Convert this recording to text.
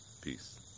Peace